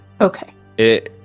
Okay